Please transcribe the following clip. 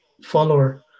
follower